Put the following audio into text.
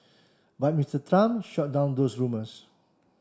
but Mister Trump shot down those rumours